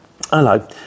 Hello